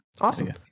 Awesome